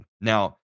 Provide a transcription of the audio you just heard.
Now